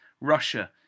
Russia